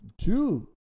two